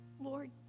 Lord